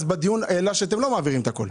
בדיון עלה שאתם לא מעבירים את הכול.